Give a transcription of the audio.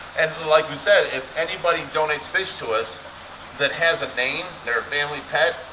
and like we said if anybody donates fish to us that has a name, their family pet,